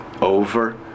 over